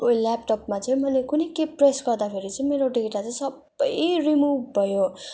उयो ल्यापटपमा चाहिँ मैले कुनि के प्रेस गर्दा फेरि चाहिँ मेरो डेटा चाहिँ सबै रिमुभ भयो